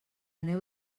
neu